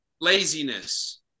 laziness